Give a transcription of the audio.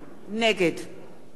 מנחם אליעזר מוזס,